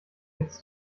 jetzt